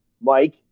Mike